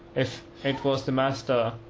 if it was the master,